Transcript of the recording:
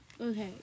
okay